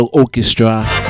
orchestra